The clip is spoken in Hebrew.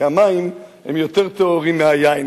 כי המים הם יותר טהורים מהיין,